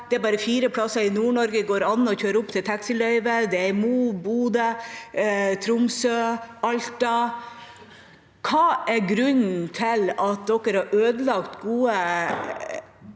Det er bare på fire plasser i Nord-Norge at det går an å kjøre opp til taxiløyve, det er i Mo, i Bodø, i Tromsø og i Alta. Hva er grunnen til at man har ødelagt gode